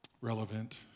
relevant